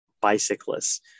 bicyclists